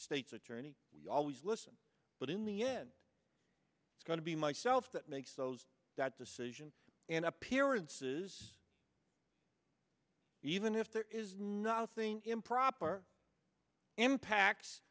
state's attorney always listen but in the end it's going to be myself that makes those that decision and appearances even if there is nothing improper impacts